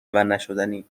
نشدنی